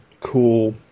cool